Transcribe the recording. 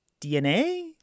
dna